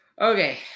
Okay